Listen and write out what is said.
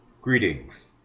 Greetings